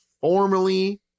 formally